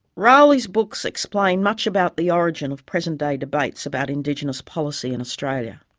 rowley's books explain much about the origins of present-day debates about indigenous policy in australia.